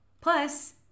Plus